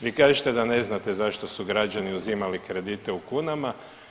Vi kažete da ne znate zašto su građani uzimali kredite u kunama.